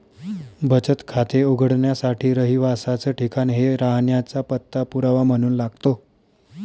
बचत खाते उघडण्यासाठी रहिवासाच ठिकाण हे राहण्याचा पत्ता पुरावा म्हणून लागतो